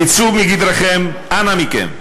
תצאו מגדרכם, אנא מכם.